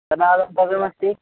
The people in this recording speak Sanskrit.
तन्ना बोबिमस्ति